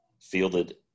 fielded